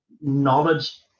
knowledge